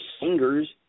singers